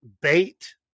bait